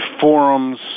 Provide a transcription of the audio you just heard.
forums